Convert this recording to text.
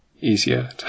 easier